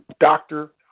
doctor